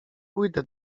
pójdę